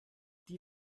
die